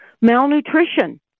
malnutrition